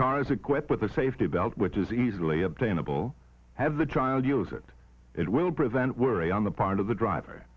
is equipped with a safety belt which is easily obtainable have the child use it it will prevent worry on the part of the driver